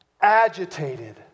agitated